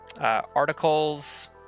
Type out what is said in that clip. articles